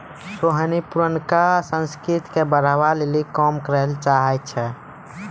सोहिनी पुरानका संस्कृति के बढ़ाबै लेली काम करै चाहै छै